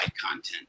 content